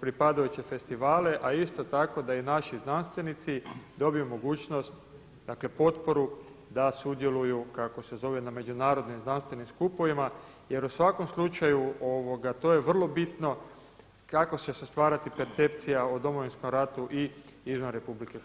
pripadajuće festivale, a isto tako da i naši znanstvenici dobiju mogućnost potporu da sudjeluju na međunarodnim znanstvenim skupovima jer u svakom slučaju to je vrlo bitno kako će se stvarati percepcija o Domovinskom ratu i izvan RH.